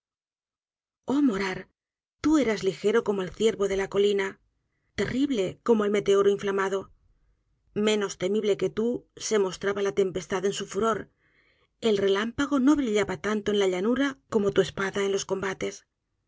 morar tú eras ligero como el ciervo de la colina terrible como el metéoro inflamado menos temible que tú se mostraba la tempestad en su furor el relámpago no brillaba tanto en la llanura como tu espada en los combates